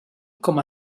com